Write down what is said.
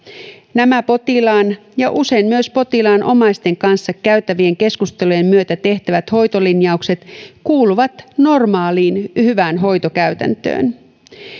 nämä potilaan ja usein myös potilaan omaisten kanssa käytävien keskustelujen myötä tehtävät hoitolinjaukset kuuluvat normaaliin hyvään hoitokäytäntöön